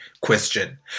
question